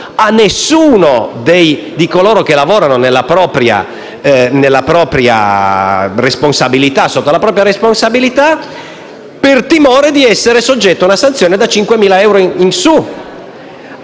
a tutti coloro che lavorano sotto la propria responsabilità, per timore di essere soggetto a una sanzione da 5.000 euro in su.